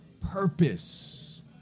purpose